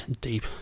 deep